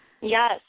Yes